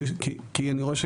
כי אני רואה,